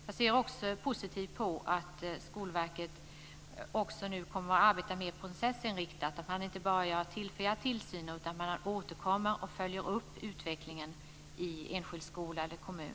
Jag ser också positivt på att Skolverket nu kommer att arbeta mer processinriktat. Man ska inte bara göra tillfälliga tillsyner utan man ska återkomma och följa upp utvecklingen i en enskild skola eller kommun.